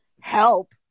help